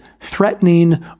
threatening